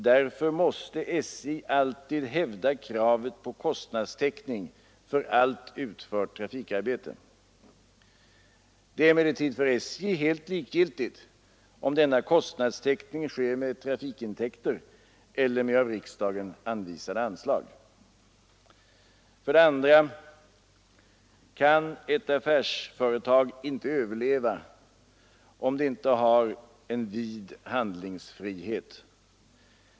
Därför måste SJ alltid hävda kravet på kostnadstäckning för allt utfört trafikarbete. Det är för SJ likgiltigt om denna kostnadstäckning sker med trafikintäkter eller med av riksdagen anvisade anslag. För det andra kan ett affärsföretag inte överleva, om det inte har en vid handlingsfrihet.